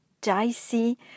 dicey